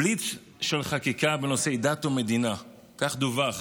בליץ של חקיקה בנושאי דת ומדינה, כך דווח